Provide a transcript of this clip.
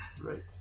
Right